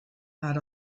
not